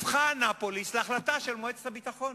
הפכה אנאפוליס להחלטה של מועצת הביטחון.